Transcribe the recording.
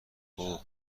اوه